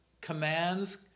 commands